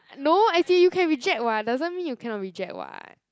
no as in you can reject [what] doesn't mean you cannot reject [what]